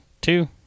two